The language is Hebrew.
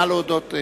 נא להודות.